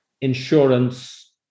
insurance